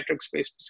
space